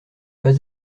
pas